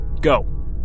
go